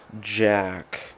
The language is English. Jack